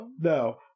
No